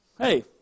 Hey